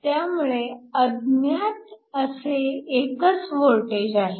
त्यामुळे अज्ञात असे एकच वोल्टेज आहे